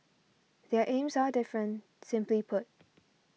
their aims are different simply put